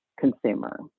consumer